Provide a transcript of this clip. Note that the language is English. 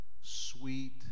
sweet